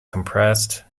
compressed